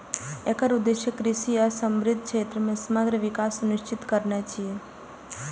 एकर उद्देश्य कृषि आ संबद्ध क्षेत्र मे समग्र विकास सुनिश्चित करनाय छियै